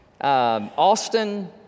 Austin